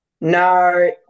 No